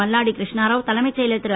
மல்லாடி கிருஷ்ணாராவ் தலைமைச் செயலர் திரு